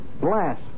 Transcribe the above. Blast